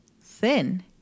Thin